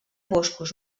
boscos